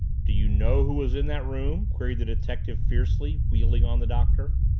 do you know who was in that room? queried the detective fiercely, wheeling on the doctor.